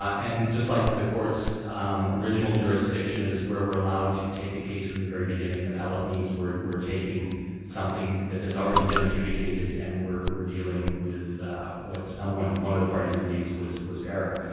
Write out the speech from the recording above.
ah and just like with the courts original jurisdiction is where we're allowed to take a case from the very beginning. appellate means we're taking something that has already been adjudicated and we're we're dealing with what someone, one of the parties, believes was was error.